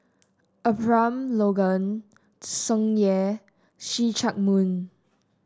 Abraham Logan Tsung Yeh See Chak Mun